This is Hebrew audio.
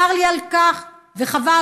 צר לי על כך, וחבל.